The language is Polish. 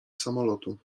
samolotu